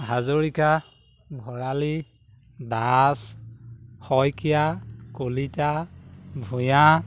Hazarika Bharali Das Saikia Kalita Bhuyan